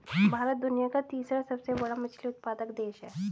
भारत दुनिया का तीसरा सबसे बड़ा मछली उत्पादक देश है